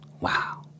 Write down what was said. Wow